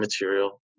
material